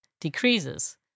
decreases